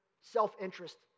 self-interest